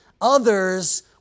others